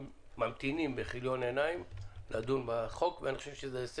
גם מזמין טיסה בתקופה הזו לוקח בחשבון שזו תקופה מאוד